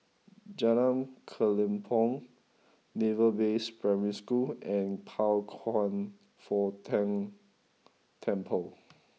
Jalan Kelempong Naval Base Primary School and Pao Kwan Foh Tang Temple